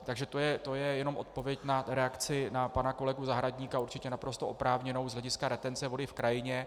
Takže to je jenom odpověď na reakci na pana kolegu Zahradníka, určitě naprosto oprávněnou z hlediska retence vody v krajině.